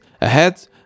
ahead